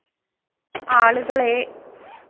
ആളുകളേ